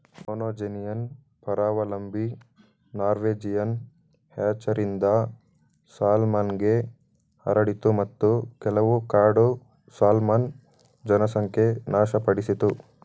monogenean ಪರಾವಲಂಬಿ Norwegian ಹ್ಯಾಚರಿಂದ ಸಾಲ್ಮನ್ಗೆ ಹರಡಿತು ಮತ್ತು ಕೆಲವು ಕಾಡು ಸಾಲ್ಮನ್ ಜನಸಂಖ್ಯೆ ನಾಶಪಡಿಸಿತು